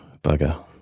bugger